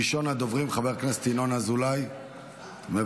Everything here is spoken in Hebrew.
ראשון הדוברים, חבר הכנסת ינון אזולאי, מוותר.